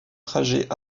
trajets